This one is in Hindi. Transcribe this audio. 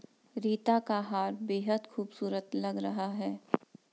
रीता का हार बेहद खूबसूरत लग रहा है